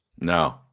No